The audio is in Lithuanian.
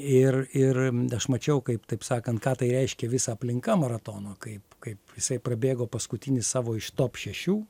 ir ir aš mačiau kaip taip sakant ką tai reiškia visa aplinka maratono kaip kaip jisai prabėgo paskutinį savo iš top šešių